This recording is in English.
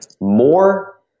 more